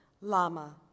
lama